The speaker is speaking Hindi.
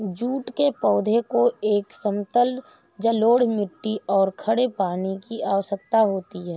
जूट के पौधे को एक समतल जलोढ़ मिट्टी और खड़े पानी की आवश्यकता होती है